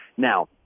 Now